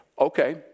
Okay